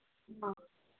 ꯑꯥ